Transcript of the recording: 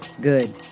Good